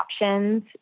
options